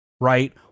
right